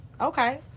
Okay